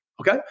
okay